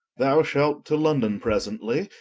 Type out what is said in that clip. thou shalt to london presently,